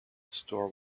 store